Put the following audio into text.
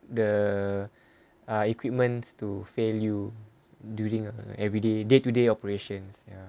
the equipments to fail you during err everyday day to day operations ya